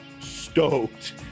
stoked